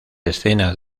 escenas